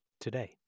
today